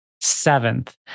seventh